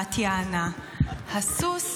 בת יענה, הסוס?